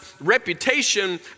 reputation